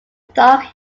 dark